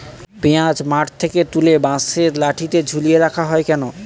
পিঁয়াজ মাঠ থেকে তুলে বাঁশের লাঠি ঝুলিয়ে রাখা হয় কেন?